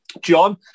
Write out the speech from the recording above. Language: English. John